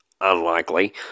unlikely